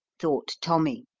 thought tommy,